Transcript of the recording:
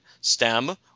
STEM